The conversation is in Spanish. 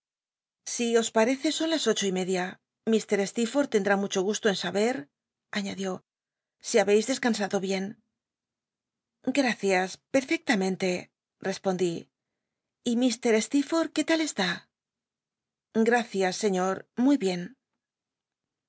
si os parece son las ocho y media ilr i'teerforth lcndtá mucho gusto en saber aiíndiú i habeis descansado bien gacias jlcifctl unenle l spondi y h stccforth qné tal est i gracias seiíor muy bien